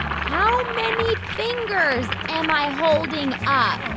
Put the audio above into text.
how many fingers am i holding um